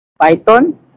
Python